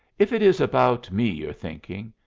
if it is about me you're thinking,